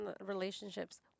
relationships